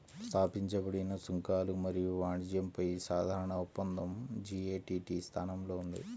స్థాపించబడిన సుంకాలు మరియు వాణిజ్యంపై సాధారణ ఒప్పందం జి.ఎ.టి.టి స్థానంలో ఉంది